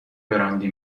براندی